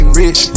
rich